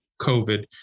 COVID